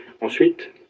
Ensuite